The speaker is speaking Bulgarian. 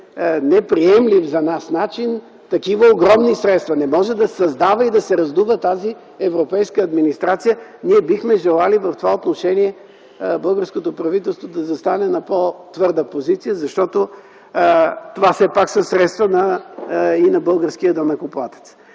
неприемлив за нас начин такива огромни средства. Не може да се създава и раздува тази европейска администрация! Ние бихме желали в това отношение българското правителство да застане на по-твърда позиция, защото това все пак са средства и на българския данъкоплатец.